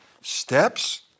steps